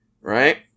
right